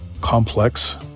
complex